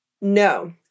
No